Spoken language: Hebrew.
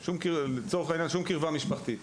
לא הייתה ביניהם שום קירבה משפחתית.